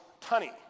Tunny